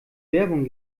werbung